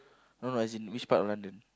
no no as in which part of London